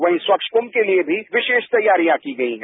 वहीं स्वच्छ कुंभ के लिए भी विशेष तैयारियां की गई हैं